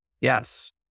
yes